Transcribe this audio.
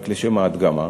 רק לשם ההדגמה,